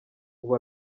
ubu